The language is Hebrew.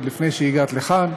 עוד לפני שהגעת לכאן,